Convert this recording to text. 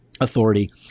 authority